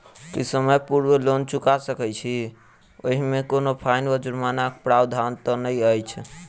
की समय पूर्व लोन चुका सकैत छी ओहिमे कोनो फाईन वा जुर्मानाक प्रावधान तऽ नहि अछि?